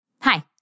Hi